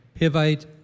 Hivite